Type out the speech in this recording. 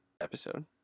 episode